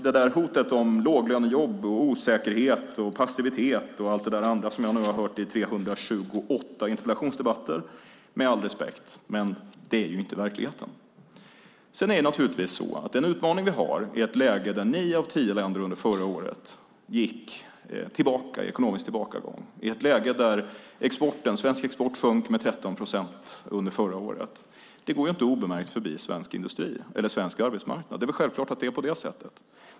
Det där hotet om låglönejobb, osäkerhet, passivitet och allt det där andra som jag nu har hört i 328 interpellationsdebatter är - med all respekt - inte verkligheten. Men vi har naturligtvis en utmaning i ett läge där nio av tio länder under förra året gick tillbaka i en ekonomisk tillbakagång och i ett läge där svensk export sjönk med 13 procent under förra året. Det går inte obemärkt förbi svensk industri eller svensk arbetsmarknad. Det är självklart att det är så.